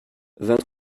vingt